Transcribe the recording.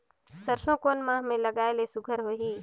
सरसो कोन माह मे लगाय ले सुघ्घर होही?